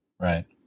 Right